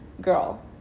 girl